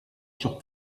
sur